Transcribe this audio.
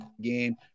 game